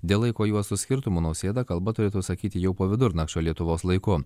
dėl laiko juostų skirtumų nausėda kalbą turėtų sakyti jau po vidurnakčio lietuvos laiku